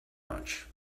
much